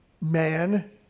Man